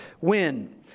win